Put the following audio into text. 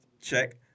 check